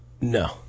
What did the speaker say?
No